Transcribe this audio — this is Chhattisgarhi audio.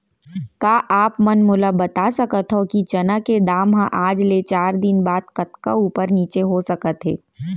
का आप मन मोला बता सकथव कि चना के दाम हा आज ले चार दिन बाद कतका ऊपर नीचे हो सकथे?